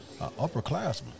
upperclassman